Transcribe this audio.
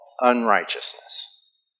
unrighteousness